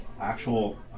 actual